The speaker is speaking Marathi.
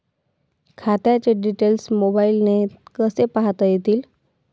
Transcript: खात्याचे डिटेल्स मोबाईलने कसे पाहता येतील?